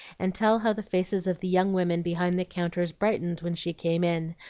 and tell how the faces of the young women behind the counters brightened when she came in,